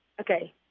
Okay